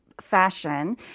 fashion